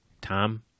Tom